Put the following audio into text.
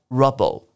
rubble